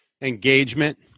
Engagement